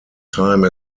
time